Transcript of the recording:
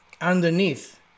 underneath